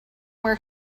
wear